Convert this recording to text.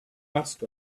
ask